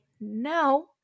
no